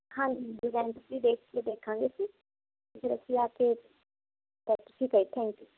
ਹਾਂਜੀ ਰੈਂਟ 'ਤੇ ਹੀ ਦੇਖ ਕੇ ਦੇਖਾਂਗੇ ਜੀ ਫਿਰ ਅਸੀਂ ਆ ਕੇ ਥੈਂਕ ਯੂ